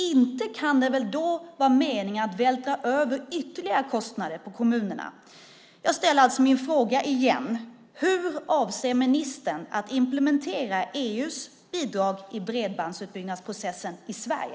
Inte kan det väl då vara meningen att vältra över ytterligare kostnader på kommunerna, eller hur? Jag frågar därför igen: Hur avser ministern att implementera EU:s bidrag i bredbandsutbyggnadsprocessen i Sverige?